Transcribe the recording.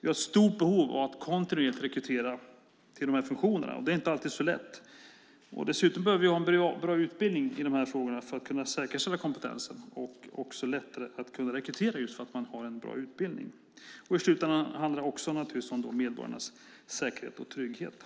Vi har ett stort behov av att kontinuerligt rekrytera till dessa funktioner, och det är inte alltid så lätt. Dessutom behöver vi ha en bra utbildning i de här frågorna för att kunna säkerställa kompetensen och också för att lättare kunna rekrytera. I slutändan handlar det naturligtvis om medborgarnas säkerhet och trygghet.